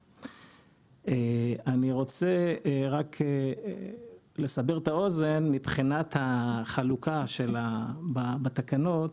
אני רוצה רק לסבר את האוזן מבחינת החלוקה בתקנות.